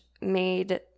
made